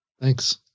Thanks